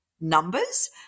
numbers